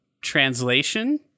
translation